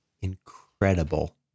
incredible